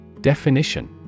Definition